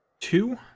two